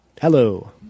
hello